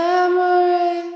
Memory